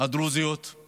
הדרוזיות ואת